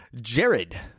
Jared